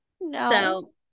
No